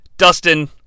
Dustin